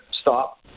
stop